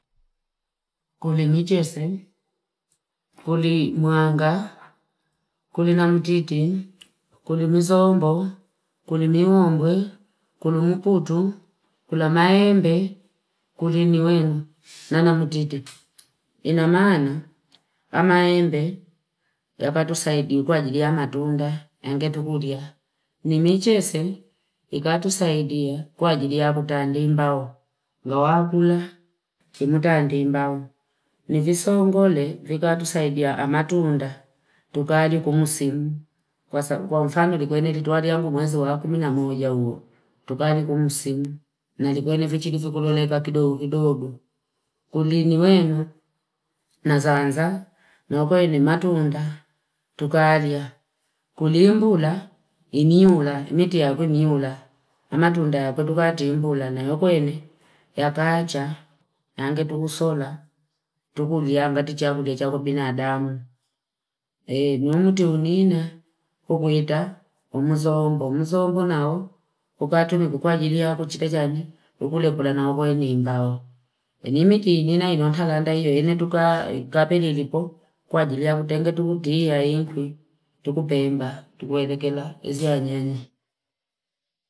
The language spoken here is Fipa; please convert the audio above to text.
Kulimichese, kulimuanga, kulinamutiti, kulimizombo, kulimiungwe, kulumuputu, kulamaembe, kuliniwenu, nanamutiti. Inamana, pamaembe ya patu saidi mkua jiri ya madunga, ngetugudia. Kulimichese, mkua jiri ya mutandimbao, ngewakula, mkua jiri ya mutandimbao. Nivisongole, mkua tu saidi ya amatunda, tukari kumusimu. Kwa mfangi likwenye lituari ya mkumuwezi wakumina moja uo. Tukari kumusimu. Nalikwenye vichidi fikululeka kidogo. Kuliniwenu, nazanza, nwakoenye matunda, tukaria. Kulimbula, iniula. Miti wakuniula. Amatunda, kwa tukati mbula. Nayokoenye, ya kacha. Yange tukusola. Tukuliambati chakulia chako binadamu. Niumutunina, kukuita, mzombo. Mzombo nao, mkua tu mkua jiri ya kuchika jani. Ukulekula nao kwenye imbao. Inimiti inina inotaganda iyo. Ene tukapeni lipo kwa jiri ya kutenge tukutii ya inku. Tukupemba. Tukulekula. Ezia nyeni.